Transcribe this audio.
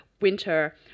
winter